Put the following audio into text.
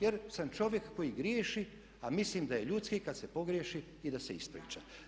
Jer sam čovjek koji griješi a mislim da je ljudski kada se pogriješi i da se ispriča.